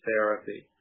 therapy